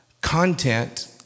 content